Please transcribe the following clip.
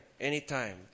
anytime